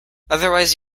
otherwise